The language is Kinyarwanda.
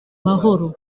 mahoro